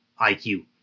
IQ